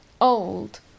old